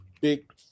big